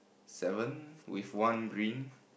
seven with one green